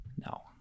No